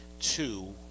two